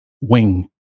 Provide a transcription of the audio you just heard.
wing